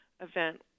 event